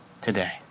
today